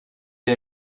bir